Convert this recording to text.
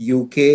uk